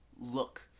look